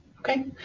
okay.